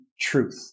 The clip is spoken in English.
truth